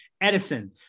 Edison